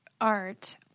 art